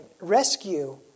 rescue